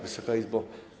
Wysoka Izbo!